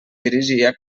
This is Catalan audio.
dirigia